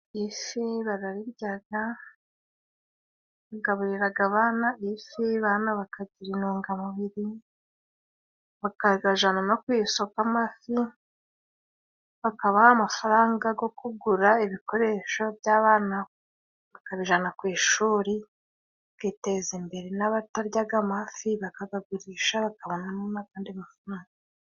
Ifi barariryaga, bagaburiraga abana ifi, abana bakagira intungamubiri, bakagajana no ku isoko amafi bakabaha amafaranga go kugura ibikoresho by'abana bakabijana ku ishuri bakiteza imbere. N'abataryaga amafi bakagagurisha bakabonamo n'agandi mafaranga.